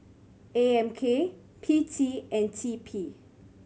A M K P T and T P